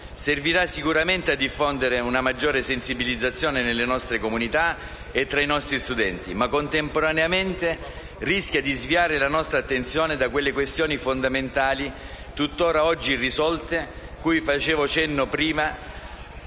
Servirà sicuramente a diffondere una maggiore sensibilizzazione nelle nostre comunità e tra i nostri studenti, ma contemporaneamente rischia di sviare la nostra attenzione dalle questioni fondamentali tutt'ora irrisolte, cui facevo cenno prima,